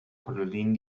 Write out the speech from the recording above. kolonien